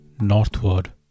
northward